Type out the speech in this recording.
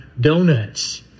Donuts